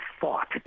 thought